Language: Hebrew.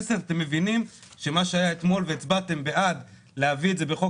מבינים שמה היה אתמול והצבעתם בעד להביא את זה בחוק